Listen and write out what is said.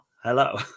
Hello